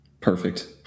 Perfect